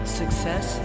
success